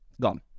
Gone